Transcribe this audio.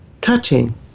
touching